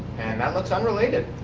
and that looks unrelated.